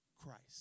Christ